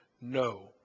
no